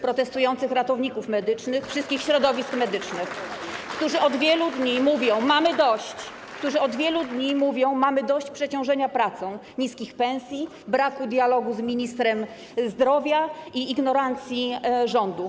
protestujących ratowników medycznych, protestujących z wszystkich środowisk medycznych, którzy od wielu dni mówią: mamy dość, którzy od wielu dni mówią: mamy dość przeciążenia pracą, niskich pensji, braku dialogu z ministrem zdrowia i ignorancji rządu.